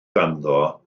ganddo